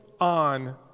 on